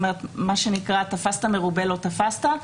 מה שנקרא "תפסת מרובה לא תפסת",